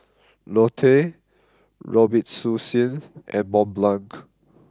Lotte Robitussin and Mont Blanc